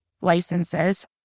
licenses